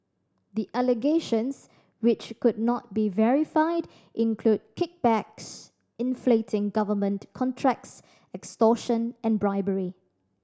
the allegations which could not be verified include kickbacks inflating government contracts extortion and bribery